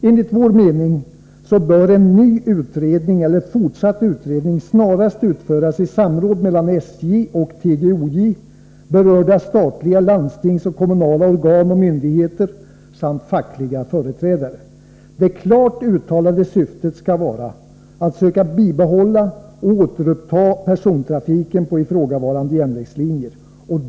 Enligt vår mening bör en ny utredning, eller fortsatt utredning, snarast utföras i samråd mellan SJ och TGOJ, berörda statliga, landstingskommunala och kommunala organ och myndigheter samt fackliga företrädare. Det klart uttalade syftet skall vara att söka bibehålla och återuppta persontrafiken på ifrågavarande järnvägslinjer.